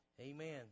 Amen